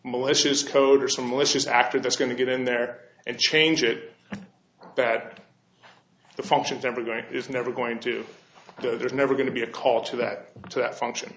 malicious code or some malicious actor that's going to get in there and change it that the function of ever going is never going to go there's never going to be a call to that to that function